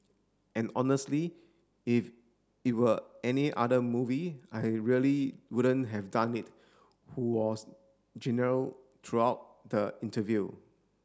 and honestly if it were any other movie I really wouldn't have done it who was genial throughout the interview